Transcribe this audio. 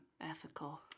Ethical